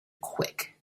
quick